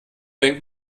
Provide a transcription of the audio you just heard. denkt